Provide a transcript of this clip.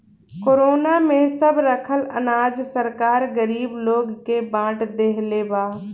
corona में सब रखल अनाज सरकार गरीब लोग के बाट देहले बा